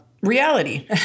Reality